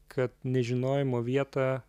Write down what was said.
kad nežinojimo vietą